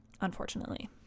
unfortunately